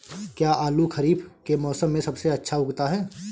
क्या आलू खरीफ के मौसम में सबसे अच्छा उगता है?